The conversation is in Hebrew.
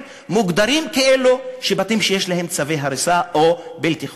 ומוגדרים ככאלה שיש להם צווי הריסה או בלתי חוקיים.